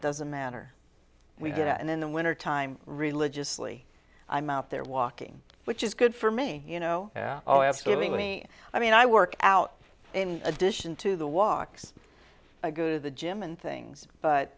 doesn't matter we do and in the wintertime religious flea i'm out there walking which is good for me you know oh absolutely i mean i work out in addition to the walks i go to the gym and things but